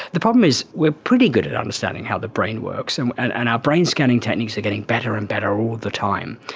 the problem is we are pretty good at understanding how the brain works, and and our brain scanning techniques are getting better and better all the time.